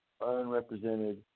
unrepresented